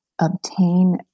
obtain